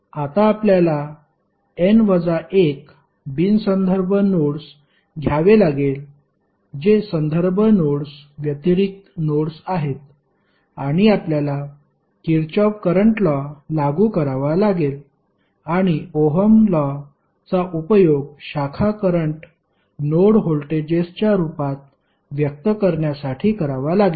आता आपल्याला n वजा 1 बिन संदर्भ नोड्स घ्यावे लागेल जे संदर्भ नोड्स व्यतिरिक्त नोड्स आहेत आणि आपल्याला किरचॉफ करंट लॉ लागू करावा लागेल आणि ओहम लॉ चा उपयोग शाखा करंट नोड व्होल्टेजेसच्या रूपात व्यक्त करण्यासाठी करावा लागेल